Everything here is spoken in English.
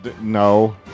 No